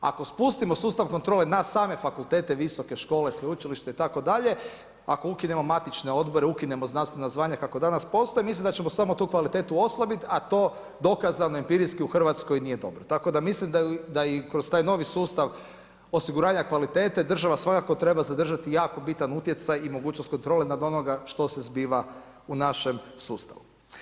Ako spustimo sustav kontrole na same fakultete, visoke škole, sveučilišta itd., ako ukinemo matične odobre, ukinemo znanstvena zvanja kako danas postoje, mislim da ćemo samo tu kvalitetu oslabiti a to dokazano empirijski u Hrvatskoj nije dobro tako da mislim da i kroz taj novi sustav osiguranja kvalitete, država svakako treba zadržati jako bitan utjecaj i mogućnost kontrole nad onime što se zbiva u našem sustavu.